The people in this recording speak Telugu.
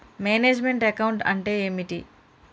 మేనేజ్ మెంట్ అకౌంట్ అంటే ఏమిటి?